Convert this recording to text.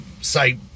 say